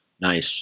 Nice